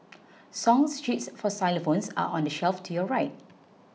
song sheets for xylophones are on the shelf to your right